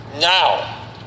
now